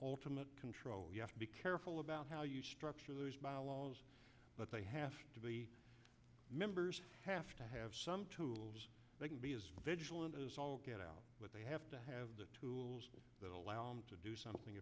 ultimate control you have to be careful about how you structure those bylaws but they have to be members have to have some tools they can be as vigilant as all get out but they have to have the tools that allow them to do something